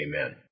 Amen